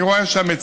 אני רואה שהמציעה